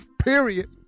period